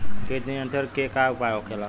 कीट नियंत्रण के का उपाय होखेला?